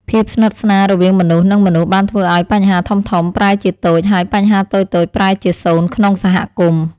ភាពស្និទ្ធស្នាលរវាងមនុស្ស និងមនុស្សបានធ្វើឱ្យបញ្ហាធំៗប្រែជាតូចហើយបញ្ហាតូចៗប្រែជាសូន្យក្នុងសហគមន៍។